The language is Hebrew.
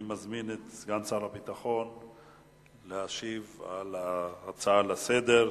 אני מזמין את סגן שר הביטחון להשיב על ההצעות לסדר-היום.